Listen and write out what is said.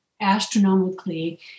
astronomically